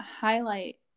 highlight